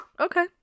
Okay